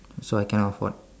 so I cannot afford